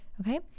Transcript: okay